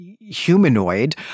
humanoid